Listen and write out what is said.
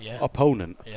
opponent